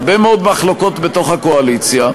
הרבה מאוד מחלוקות בתוך הקואליציה,